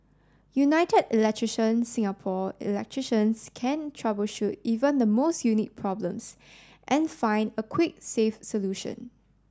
United Electrician Singapore electricians can troubleshoot even the most unique problems and find a quick safe solution